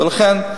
ולכן,